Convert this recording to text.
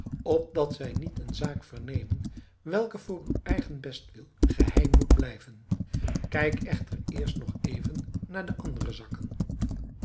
opdat zij niet een zaak vernemen welke voor uw eigen bestwil geheim moet blijven kijk echter eerst nog even naar de andere zakken